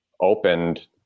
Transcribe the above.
opened